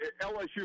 LSU